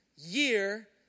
year